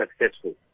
successful